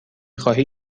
خواهی